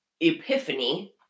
epiphany